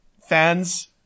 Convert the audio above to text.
fans